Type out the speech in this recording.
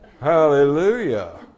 Hallelujah